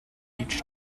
each